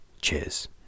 Cheers